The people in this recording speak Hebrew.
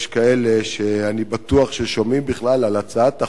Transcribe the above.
יש כאלה שאני בטוח ששומעים בכלל על הצעת החוק,